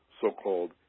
so-called